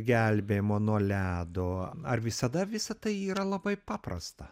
gelbėjimo nuo ledo ar visada visa tai yra labai paprasta